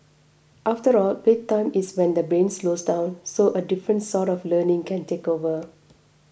after all bedtime is when the brain slows down so a different sort of learning can take over